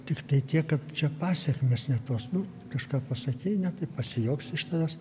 tiktai tiek kad čia pasekmės ne tos nu kažką pasakei ne taip pasijuoks iš tavęs